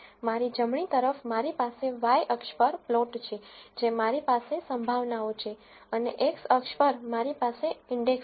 મારી જમણી તરફ મારી પાસે y અક્ષ પર પ્લોટ છે જે મારી પાસે પ્રોબેબ્લીટીઝ છે અને x અક્ષ પર મારી પાસે ઇન્ડેક્સ છે